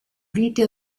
vite